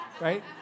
Right